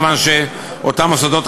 מכיוון שאותם מוסדות,